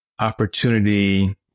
opportunity